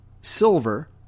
silver